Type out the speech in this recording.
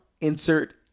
insert